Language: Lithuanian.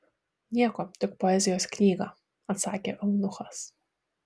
nieko tik poezijos knygą atsakė eunuchas